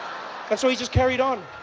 and so he just carried on.